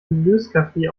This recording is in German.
löskaffee